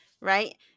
right